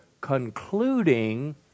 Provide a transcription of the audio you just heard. concluding